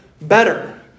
better